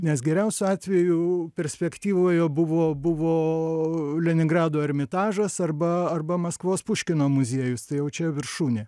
nes geriausiu atveju perspektyvoje buvo buvo leningrado ermitažas arba arba maskvos puškino muziejus tai jau čia viršūnė